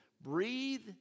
breathe